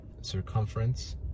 circumference